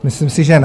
Myslím si, že ne.